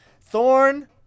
Thorn